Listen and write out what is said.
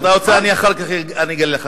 אם אתה רוצה, אחר כך אני אגלה לך.